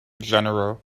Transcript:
general